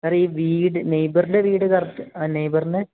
sir ഈ വീട് നെയ്ബറിൻ്റെ വീട് കറക്ട് ആ നെയ്ബറിനെ